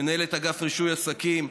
מנהלת אגף רישוי עסקים,